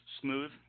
smooth